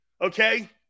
okay